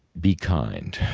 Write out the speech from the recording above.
be kind,